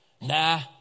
Nah